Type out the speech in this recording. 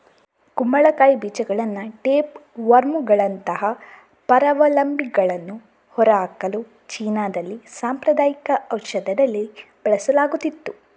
ಕುಂಬಳಕಾಯಿ ಬೀಜಗಳನ್ನ ಟೇಪ್ ವರ್ಮುಗಳಂತಹ ಪರಾವಲಂಬಿಗಳನ್ನು ಹೊರಹಾಕಲು ಚೀನಾದಲ್ಲಿ ಸಾಂಪ್ರದಾಯಿಕ ಔಷಧದಲ್ಲಿ ಬಳಸಲಾಗುತ್ತಿತ್ತು